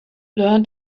learn